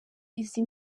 izi